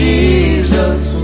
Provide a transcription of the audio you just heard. Jesus